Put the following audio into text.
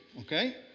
okay